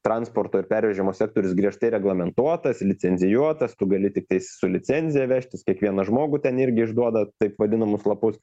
transporto ir pervežimo sektorius griežtai reglamentuotas licencijuotas tu gali tiktais su licencija vežtis kiekvieną žmogų ten irgi išduoda taip vadinamus lapus